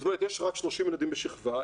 יש רק 30 תלמידים בשכבה,